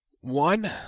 One